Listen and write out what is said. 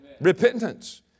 Repentance